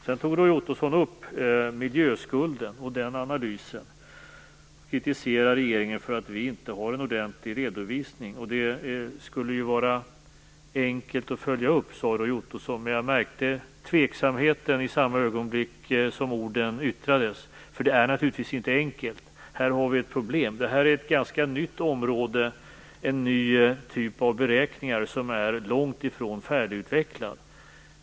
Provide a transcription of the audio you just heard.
Sedan tog Roy Ottosson upp miljöskulden och den analysen och kritiserade regeringen för att den inte har en ordentlig redovisning. Det skulle vara enkelt att följa upp detta, sade Roy Ottosson. Men jag märkte tveksamheten i samma ögonblick som orden yttrades, eftersom det naturligtvis inte är enkelt. Här har vi ett problem. Detta är ett ganska nytt område och det är fråga om en ny typ av beräkningar som är långtifrån färdigutvecklade.